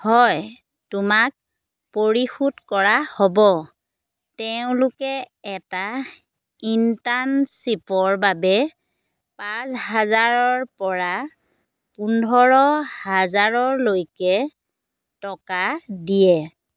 হয় তোমাক পৰিশোধ কৰা হ'ব তেওঁলোকে এটা ইণ্টাৰ্ণশ্বিপৰ বাবে পাঁচ হাজাৰৰ পৰা পোন্ধৰ হাজাৰলৈকে টকা দিয়ে